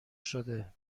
شده